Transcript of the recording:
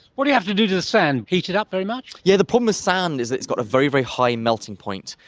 what do you have to do to the sand, heat it up very much? yeah, the problem with sand is that it's got a very, very high melting point.